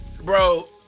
Bro